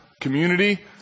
community